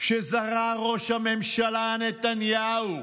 שזרע ראש הממשלה נתניהו.